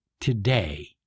today